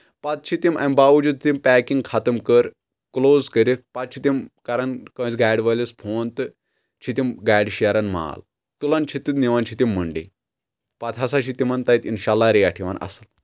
پتہٕ چھِ تِم امہِ باوجوٗد تِم پیکِنٛگ ختٕم کٔر کلوز کٔرِتھ پتہٕ چھِ تِم کران کٲنٛسہِ گاڑِ وٲلِس فون تہٕ چھِ تِم گاڑِ شیران مال تُلان چھِ تہٕ نِوان چھِ تِم منڈی پتہٕ ہسا چھِ تِمن تتہِ اِنشاء اللہ ریٹ یِوان اَصٕل